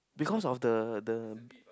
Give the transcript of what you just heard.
because of the the